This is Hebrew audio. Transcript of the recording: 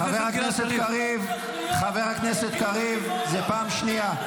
חבר הכנסת קריב, זו פעם שנייה.